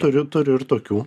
turiu turiu ir tokių